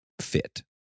fit